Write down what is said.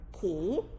key